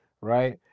right